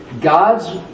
God's